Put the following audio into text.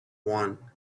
one